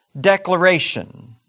declaration